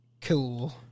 Cool